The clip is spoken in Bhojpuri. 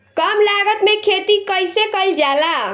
कम लागत में खेती कइसे कइल जाला?